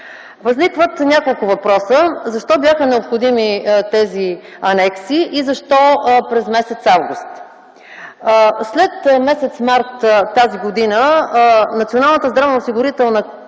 Възникват няколко въпроса: защо бяха необходими тези анекси и защо през м. август? След м. март т.г. Националната здравноосигурителна каса